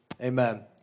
amen